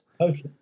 Okay